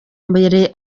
mbere